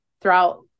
throughout